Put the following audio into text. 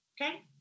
okay